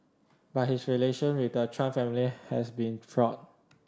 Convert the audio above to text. but his relation with the Trump family has been fraught